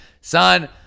Son